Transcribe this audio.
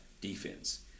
defense